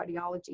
cardiology